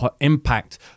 impact